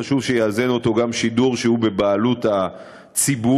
חשוב שיאזן אותו גם שידור שהוא בבעלות הציבור.